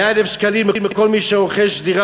100,000 שקלים לכל מי שרוכש דירה